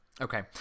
Okay